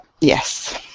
Yes